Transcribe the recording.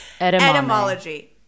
Etymology